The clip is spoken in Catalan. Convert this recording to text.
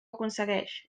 aconsegueix